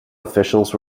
officials